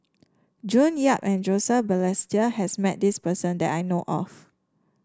June Yap and Joseph Balestier has met this person that I know of